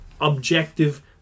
objective